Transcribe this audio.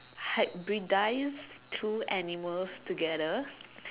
hybridise two animals together